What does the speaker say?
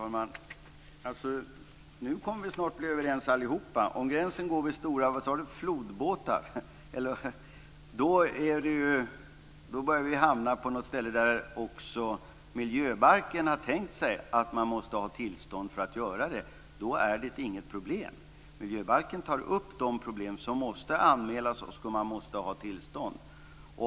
Fru talman! Nu kommer vi snart att bli överens allihop. Om gränsen går vid stora flodbåtar börjar vi hamna på något ställe där lagstiftaren i miljöbalken har tänkt sig att man måste ha tillstånd för att göra det. Då är det inget problem. Miljöbalken tar upp de problem som måste anmälas och där man måste ha tillstånd.